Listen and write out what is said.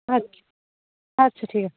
আচ্ছা আচ্ছা ঠিক আছে